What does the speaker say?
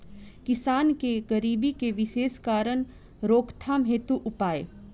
किसान के गरीबी के विशेष कारण रोकथाम हेतु उपाय?